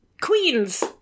Queens